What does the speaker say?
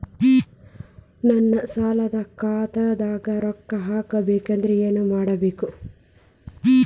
ನನ್ನ ಸಾಲದ ಖಾತಾಕ್ ರೊಕ್ಕ ಹಾಕ್ಬೇಕಂದ್ರೆ ಏನ್ ಮಾಡಬೇಕು?